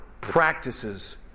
practices